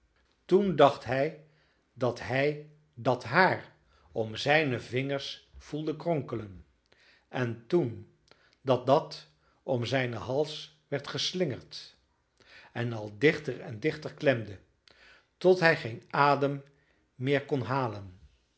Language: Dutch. toen dacht hij dat hij dat haar om zijne vingers voelde kronkelen en toen dat dat om zijnen hals werd geslingerd en al dichter en dichter klemde tot hij geen adem meer kon halen en